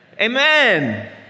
amen